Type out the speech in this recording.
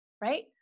Right